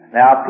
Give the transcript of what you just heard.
now